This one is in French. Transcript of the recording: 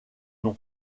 nom